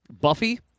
Buffy